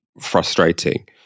frustrating